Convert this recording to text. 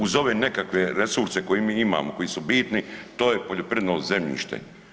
Uz ove nekakve resurse koje mi imamo, koji su bitni to je poljoprivredno zemljište.